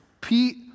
Pete